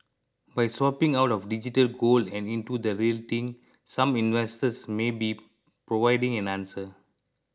by swapping out of digital gold and into the real thing some investors may be providing an answer